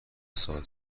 سال